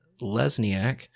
Lesniak